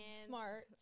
smart